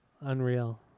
Unreal